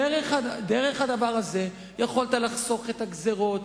דרך הדבר הזה יכולת לחסוך את הגזירות,